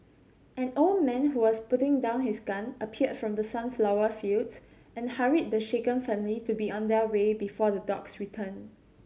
an old man who was putting down his gun appeared from the sunflower fields and hurried the shaken family to be on their way before the dogs return